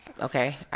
Okay